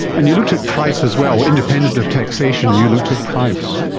and you looked at price as well, independent of taxation you looked at price.